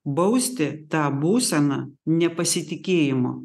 bausti tą būseną nepasitikėjimu